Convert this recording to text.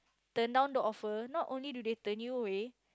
turn down the offer not only do they turn you away